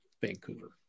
Vancouver